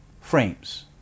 frames